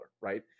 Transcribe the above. right